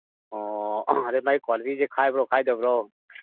ꯑꯣ ꯑꯗꯨ ꯃꯥꯏ ꯀ꯭ꯋꯥꯂꯤꯇꯤꯁꯤ ꯈꯥꯏꯕ꯭ꯔꯣ ꯈꯥꯏꯗꯕ꯭ꯔꯣ